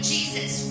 Jesus